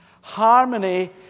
Harmony